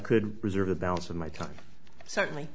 could reserve the balance of my time certainly